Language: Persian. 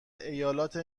ایالت